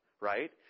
right